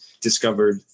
discovered